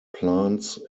plants